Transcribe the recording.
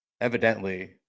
evidently